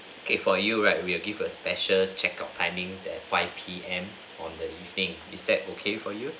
okay for you right we'll give a special check out timing that five P_M on the evening is that okay for you